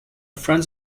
friends